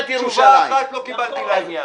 תשובה אחת לא קיבלתי מן העירייה.